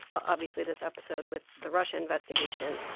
obviously, this episode with the russia investigation.